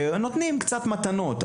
נותנים קצת מתנות,